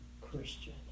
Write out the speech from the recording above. Christian